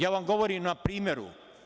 Ja vam govorim na primeru.